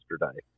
yesterday